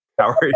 sorry